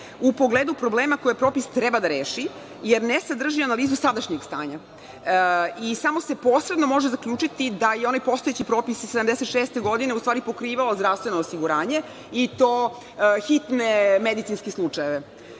u pogledu problema koje propis treba da reši jer ne sadrži analizu sadašnjeg stanja i samo se posredno može zaključiti da je onaj postojeći propis iz 1976. godine u stvari pokrivao zdravstveno osiguranje i to hitne medicinske slučajeve.